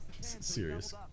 serious